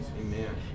Amen